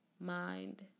Mind